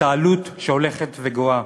את העלות שהולכת וגואה.